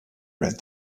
read